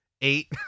Eight